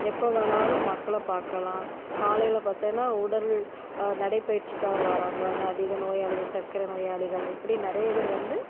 எப்போ வேணாலும் மக்களை பார்க்கலாம் காலையில் பார்த்தனா உடல் நடைப்பயிற்சிக்காக வராங்க அதிக நோயாளிகள் சக்கரை நோயாளிகள் இப்படி நிறைய பேர் வந்து